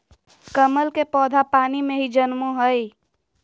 कमल के पौधा पानी में ही जन्मो हइ